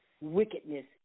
wickedness